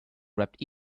wrapped